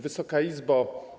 Wysoka Izbo!